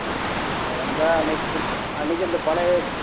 ஆ அ வந்தால் அன்றைக்கி கொடுத் அன்றைக்கே அந்த பழைய